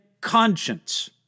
conscience